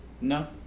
No